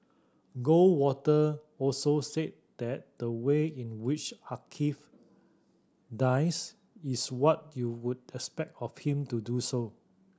Goldwater also said that the way in which Archie dies is what you would expect of him to do so